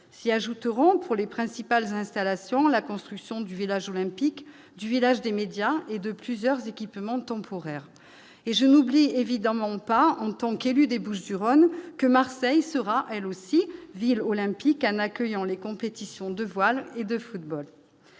s'y ajouteront pour les principales installations la construction du village olympique du village des médias et de plusieurs équipements temporaires et je n'oublie évidemment pas en tant qu'élu des Bouches-du-Rhône que Marseille sera, elle aussi, ville olympique Anne accueillant les compétitions de voile et de football,